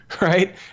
right